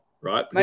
right